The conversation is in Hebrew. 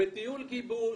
בטיול גיבוש,